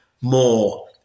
more